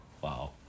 Wow